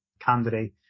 candidate